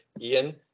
ian